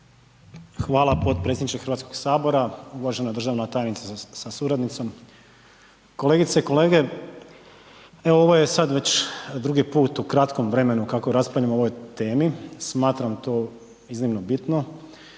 Hvala podpredsjedniče Hrvatskog sabora, uvažena državna tajnice sa suradnicom, kolegice i kolege. Evo ovo je sad već drugi put u kratkom vremenu kako raspravljamo o ovoj temi, smatram to iznimno bitno,